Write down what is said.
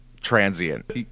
transient